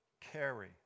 carry